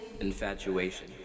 Infatuation